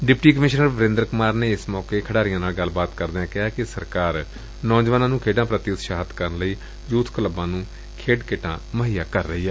deputy commissioner Varinder Kumar ਨੇ ਏਸ ਮੌਕੇ ਖਿਡਾਰੀਆਂ ਨਾਲ ਗੱਲਬਾਤ ਕਰਦਿਆਂ ਕਿਹਾ ਕਿ ਸਰਕਾਰ ਨੌਜਵਾਨਾਂ ਨੂੰ ਖੇਡਾਂ ਪੁਤੀ ਉਤਸ਼ਾਹਿਤ ਕਰਨ ਲਈ ਯੁਬ ਕਲੱਬਾਂ ਨੂੰ ਖੇਡ ਕਿੱਟਾਂ ਮੁਹੱਈਆ ਕਰ ਰਹੀ ਏ